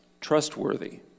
trustworthy